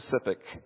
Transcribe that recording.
specific